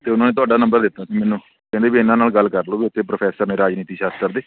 ਅਤੇ ਉਹਨਾਂ ਨੇ ਤੁਹਾਡਾ ਨੰਬਰ ਦਿੱਤਾ ਸੀ ਮੈਨੂੰ ਕਹਿੰਦੇ ਵੀ ਇਹਨਾਂ ਨਾਲ ਗੱਲ ਕਰ ਲਉ ਵੀ ਉੱਥੇ ਪ੍ਰੋਫੈਸਰ ਨੇ ਰਾਜਨੀਤੀ ਸ਼ਾਸਤਰ ਦੇ